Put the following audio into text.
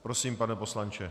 Prosím, pane poslanče.